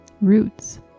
Roots